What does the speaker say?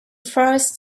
first